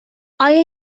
آیا